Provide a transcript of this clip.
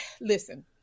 Listen